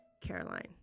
Caroline